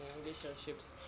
relationships